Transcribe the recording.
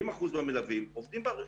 במסלולים אחרים,